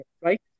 right